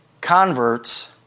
Converts